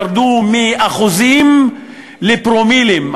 ירדו מאחוזים לפרומילים,